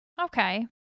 Okay